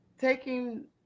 taking